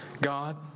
God